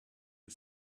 you